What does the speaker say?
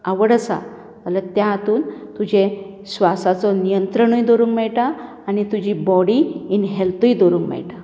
आवड आसा जाल्या त्या हातून तुजे श्वासाचो नियंत्रणूय दवरूंक मेळटा आनी तुजी बॉडी इन हॅल्थूय दवरूंक मेळटा